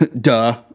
Duh